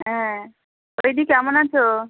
হ্যাঁ বলছি কেমন আছো